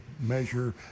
measure